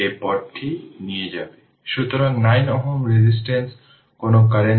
সুতরাং vR vL 0